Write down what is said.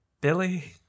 Billy